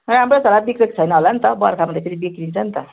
राम्रो छ होला बिग्रेको छैन होला नि त बर्खामा त फेरि बिग्रिन्छ नि त